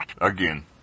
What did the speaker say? Again